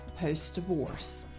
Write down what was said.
post-divorce